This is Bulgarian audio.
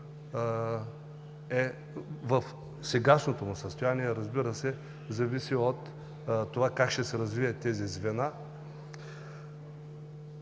в сегашното му състояние. Разбира се, зависи как ще се развият тези звена.